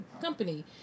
company